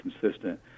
consistent